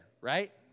right